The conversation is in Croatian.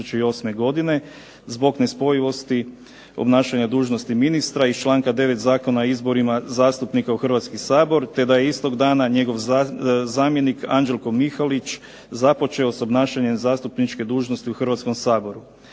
zbog nespojivosti obnašanja dužnosti ministra iz članka 9. Zakona o izborima zastupnika u Hrvatski sabor te da je istog dana njegov zamjenik Anđelko Mihalić započeo sa obnašanjem zastupničke dužnosti u Hrvatskom saboru.